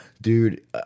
Dude